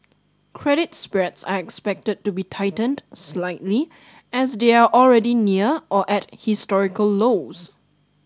credit spreads are expected to be tightened slightly as they are already near or at historical lows